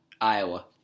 Iowa